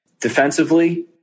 Defensively